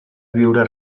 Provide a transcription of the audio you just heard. viure